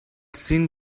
seen